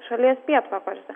šalies pietvakariuose